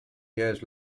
years